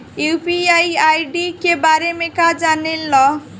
UPI ID के बारे में का जाने ल?